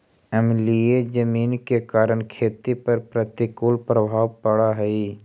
अम्लीय जमीन के कारण खेती पर प्रतिकूल प्रभाव पड़ऽ हइ